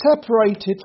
separated